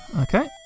okay